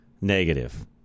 negative